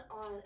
on